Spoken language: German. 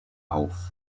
auf